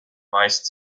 meist